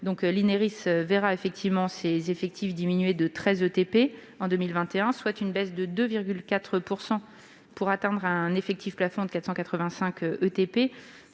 L'Ineris verra effectivement ses effectifs diminuer de 13 ETP en 2021, soit une baisse de 2,4 %, pour atteindre un effectif plafond de 485 ETP.